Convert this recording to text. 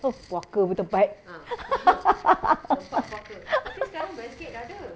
oh puaka punya tempat